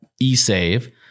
E-save